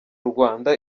rwanda